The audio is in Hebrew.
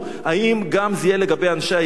האם זה יהיה גם לגבי אנשי הימין?